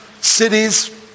cities